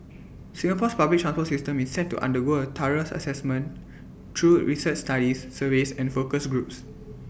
Singapore's public transport system is set to undergo A thorough Assessment through research studies surveys and focus groups